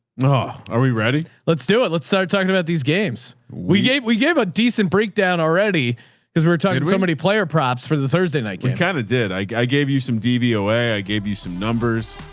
ah are we ready? let's do it. let's start talking about these games we gave. we gave a decent breakdown already because we were talking to somebody player props for the thursday night game. kind of did. i gave you some dvo way. i gave you some numbers.